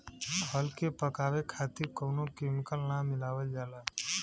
फल के पकावे खातिर कउनो केमिकल ना मिलावल जाला